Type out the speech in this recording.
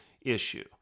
issue